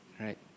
Right